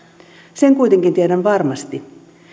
sen kuitenkin tiedän varmasti